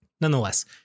nonetheless